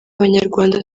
abanyarwanda